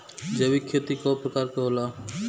जैविक खेती कव प्रकार के होला?